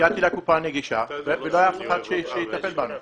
הגעתי לקופה הנגישה ולא היה אף אחד שיטפל בנו.